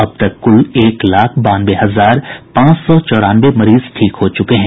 अब तक कुल एक लाख बानवे हजार पांच सौ चौरानवे मरीज ठीक हो चुके हैं